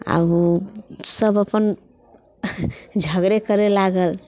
आ ओ सभ अपन झगड़े करै लागल